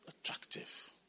attractive